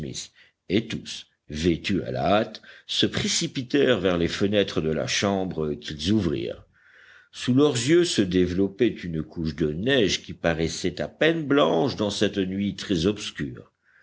et tous vêtus à la hâte se précipitèrent vers les fenêtres de la chambre qu'ils ouvrirent sous leurs yeux se développait une couche de neige qui paraissait à peine blanche dans cette nuit très obscure